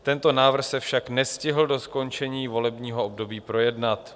Tento návrh se však nestihl do skončení volebního období projednat.